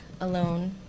alone